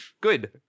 Good